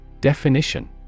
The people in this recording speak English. Definition